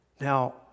Now